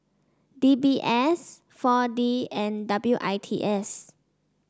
D B S four D and W I T S